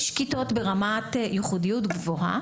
יש כיתות ברמת ייחודיות גבוהה.